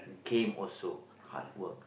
game also hard work